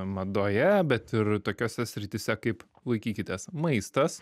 madoje bet ir tokiose srityse kaip laikykitės maistas